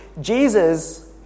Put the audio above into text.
Jesus